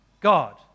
God